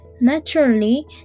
Naturally